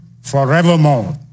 forevermore